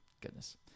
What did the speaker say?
goodness